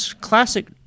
classic